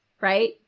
right